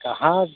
कहाँ